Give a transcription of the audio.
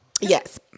Yes